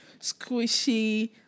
squishy